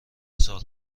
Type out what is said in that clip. سال